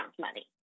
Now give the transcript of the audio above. money